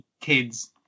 kids